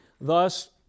Thus